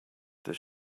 this